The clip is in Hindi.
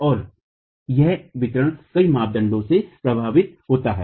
और यह वितरण कई मापदंडों से प्रभावित होता है